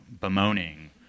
bemoaning